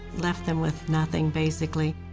left them with nothing basically.